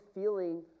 feeling